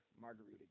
Margarita